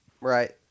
right